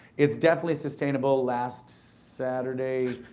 it's definitely sustainable. last saturday,